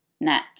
net